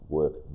work